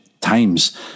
times